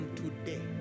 today